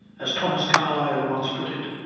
as thomas carlyle once put it,